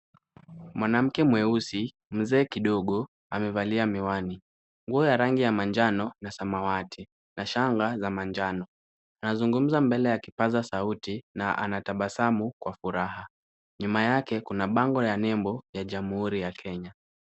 Mwanamke mweusi, mzee kidogo amevalia miwani, nguo ya rangi ya manjano na samawati na shanga za manjano. Anazungumza mbele ya kipaza sauti na anatabasamu kwa furaha. Nyuma yake kuna bango ya nembo ya Jamhuri ya Kenya.